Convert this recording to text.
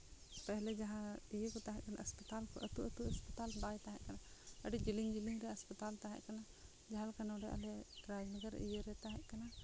ᱯᱮᱦᱞᱮ ᱡᱟᱦᱟᱸ ᱤᱭᱟᱹ ᱠᱚ ᱛᱟᱦᱮᱸ ᱠᱟᱱᱟ ᱦᱟᱥᱯᱟᱛᱟᱞ ᱟᱹᱛᱩ ᱟᱹᱛᱩ ᱦᱟᱥᱯᱟᱛᱟᱞ ᱵᱟᱭ ᱛᱟᱦᱮᱸ ᱠᱟᱱᱟ ᱟᱹᱰᱤ ᱡᱤᱞᱤᱧ ᱡᱤᱞᱤᱧ ᱨᱮ ᱦᱟᱥᱯᱟᱛᱟᱞ ᱛᱟᱦᱮᱸ ᱠᱟᱱᱟ ᱡᱟᱦᱟᱸ ᱞᱮᱠᱟ ᱟᱞᱮᱭᱟᱜ ᱱᱚᱰᱮ ᱨᱟᱡᱽᱱᱚᱜᱚᱨ ᱤᱭᱟᱹᱨᱮ ᱛᱟᱦᱮᱸ ᱠᱟᱱᱟ